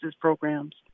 programs